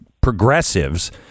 progressives